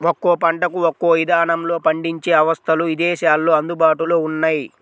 ఒక్కో పంటకు ఒక్కో ఇదానంలో పండించే అవస్థలు ఇదేశాల్లో అందుబాటులో ఉన్నయ్యి